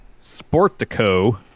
Sportico